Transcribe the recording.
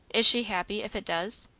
is she happy if it does?